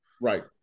Right